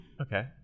Okay